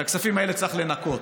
את הכספים האלה צריך לנכות.